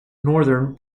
northern